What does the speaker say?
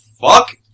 fuck